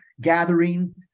gathering